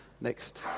Next